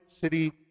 City